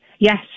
Yes